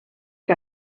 que